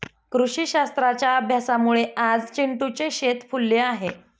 कृषीशास्त्राच्या अभ्यासामुळे आज चिंटूचे शेत फुलले आहे